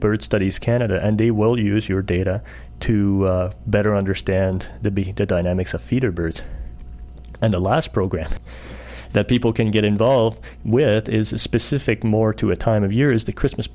bird studies canada and they will use your data to better understand the bee dynamics of feeder birds and the last program that people can get involved with is a specific more to a time of year is the christmas